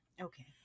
okay